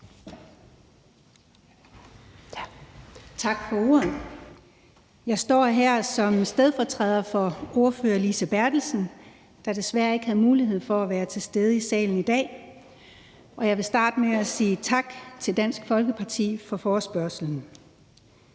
Tak for ordet. Jeg står her som stedfortræder for ordfører Lise Bertelsen, der desværre ikke havde mulighed for at være til stede i salen i dag, og jeg vil starte med at sige tak til Dansk Folkeparti for forespørgslen.